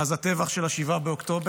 מאז הטבח של 7 באוקטובר.